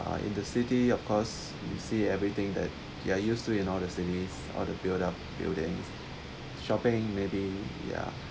in the city of course we see everything that you're used to in all the cities all the build up building shopping maybe ya